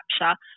capture